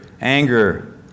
anger